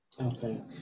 Okay